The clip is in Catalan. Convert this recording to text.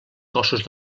cossos